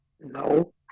No